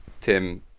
Tim